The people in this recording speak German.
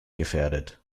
gefährdet